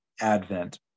Advent